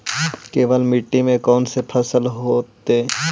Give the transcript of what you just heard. केवल मिट्टी में कौन से फसल होतै?